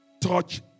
Touch